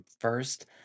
first